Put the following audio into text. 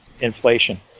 inflation